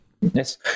Yes